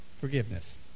forgiveness